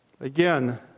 Again